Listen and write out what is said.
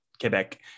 Quebec